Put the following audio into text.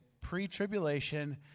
pre-tribulation